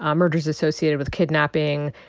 um murders associated with kidnapping.